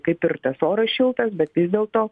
kaip ir tas oras šiltas bet vis dėlto